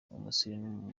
umusirimu